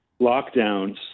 lockdowns